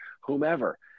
whomever